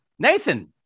Nathan